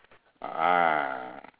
ah